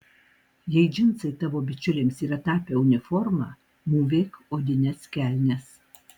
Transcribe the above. jei džinsai tavo bičiulėms yra tapę uniforma mūvėk odines kelnes